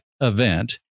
event